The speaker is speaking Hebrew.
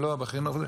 הם לא בחינוך הזה.